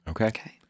okay